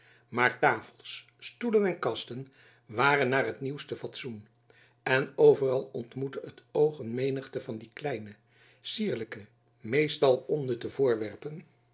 maar tafels stoelen en kasten waren naar het nieuwste fatsoen en overal ontmoette het oog een menigte van die kleine cierlijke meestal onnutte voorwerpen